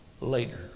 later